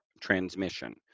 transmission